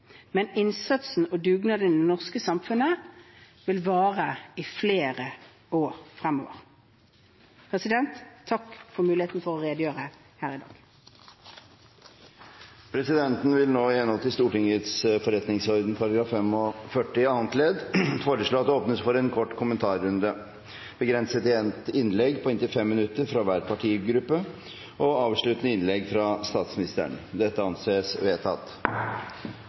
Men innsatsen og dugnaden i det norske samfunnet vil vare i flere år fremover. Jeg takker for muligheten til å få redegjøre her i dag. Presidenten vil nå, i henhold til Stortingets forretningsorden § 45 annet ledd, foreslå at det åpnes for en kort kommentarrunde, begrenset til ett innlegg på inntil 5 minutter fra hver partigruppe og avsluttende innlegg fra statsministeren. – Det anses vedtatt.